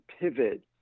pivot